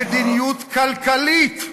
מדיניות כלכלית,